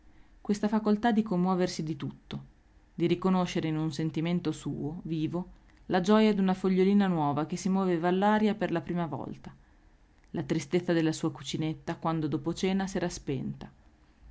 questa facoltà di commuoversi di tutto di riconoscere in un sentimento suo vivo la gioja d'una fogliolina nuova che si moveva all'aria la prima volta la tristezza della sua cucinetta quando dopo cena s'era spenta